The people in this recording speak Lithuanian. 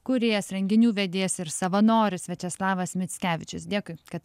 kūrėjas renginių vedėjas ir savanoris viačeslavas mickevičius dėkui kad